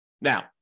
Now